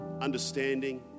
understanding